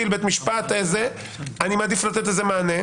אני מעדיף לתת לזה מענה.